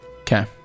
Okay